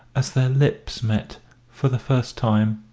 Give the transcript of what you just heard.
as their lips met for the first time.